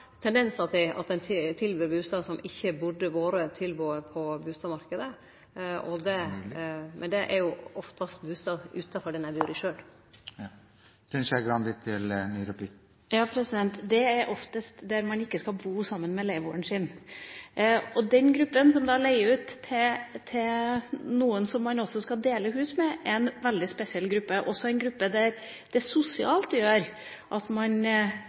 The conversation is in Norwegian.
på bustadmarknaden, men det er oftast bustader utanfor den ein bur i sjølv. Det er oftest der man ikke skal bo sammen med leieboeren sin. Den gruppa som da leier ut til noen man også skal dele hus med, er en veldig spesiell gruppe, og en gruppe der det sosialt sett gjør at man